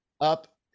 up